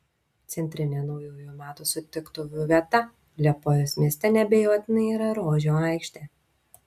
centrinė naujųjų metų sutiktuvių vieta liepojos mieste neabejotinai yra rožių aikštė